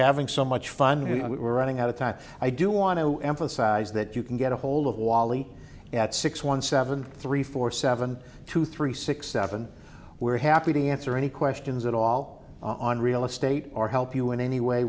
having so much fun here we're running out of time i do want to emphasize that you can get ahold of wally at six one seven three four seven two three six seven we're happy to answer any questions at all on real estate or help you in any way